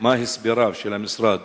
מה הסבריו של המשרד